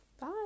bye